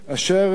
אשר,